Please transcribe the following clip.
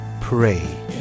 pray